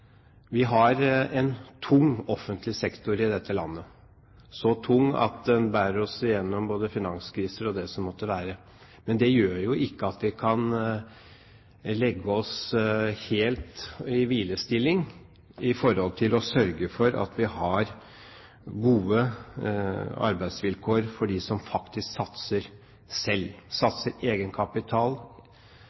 Vi har en tung offentlig sektor i dette landet, så tung at den bærer oss gjennom både finanskriser og det som måtte være. Men det gjør jo ikke at vi kan legge oss helt i hvilestilling når det gjelder å sørge for gode arbeidsvilkår for dem som faktisk satser selv – satser egenkapital,